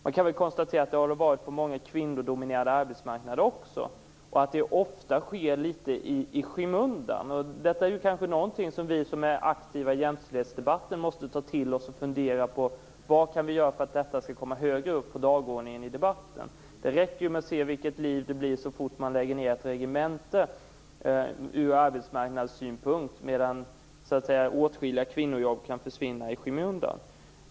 Jag kan väl konstatera att det varit så också på många kvinnodominerade arbetsmarknader. Det här sker ofta litet i skymundan. Detta är kanske något som vi som är aktiva i jämställdhetsdebatten måste ta till oss. Vi måste fundera över vad vi kan göra för att detta skall komma högre upp på dagordningen. Vi kan se vilket liv det blir ur arbetsmarknadssynpunkt så snart man lägger ned ett regemente, medan åtskilliga kvinnojobb kan försvinna i skymundan.